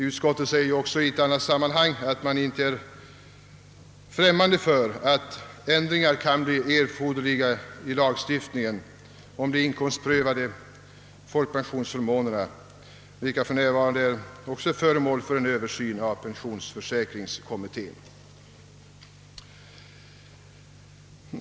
Utskottet säger också i ett annat sammanhang att man inte är främmande för att ändringar kan bli erforderliga i lagstiftningen om de inkomstprövade folkpensionsförmånerna, vilka för närvarande är föremål för översyn av pensionsförsäkringskommittén.